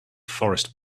forest